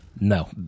No